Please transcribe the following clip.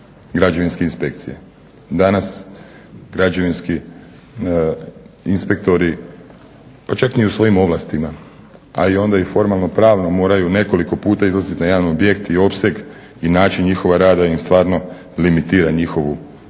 Građevinske inspekcije. Danas građevinski inspektori, pa čak ni u svojim ovlastima, a i onda i formalno pravno moraju nekoliko puta izlazit na javni objekt i opseg i način njihova rada im stvarno limitira njihovu moguću